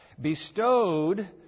bestowed